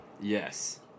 Yes